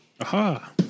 Aha